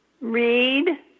read